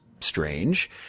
strange